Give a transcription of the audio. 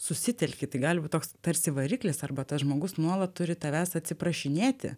susitelki tai gali būt toks tarsi variklis arba tas žmogus nuolat turi tavęs atsiprašinėti